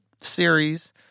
series